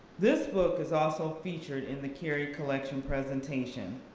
this book is also featured in the cary collection presentation.